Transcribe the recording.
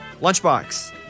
Lunchbox